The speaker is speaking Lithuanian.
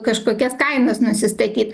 kažkokias kainas nusistatyt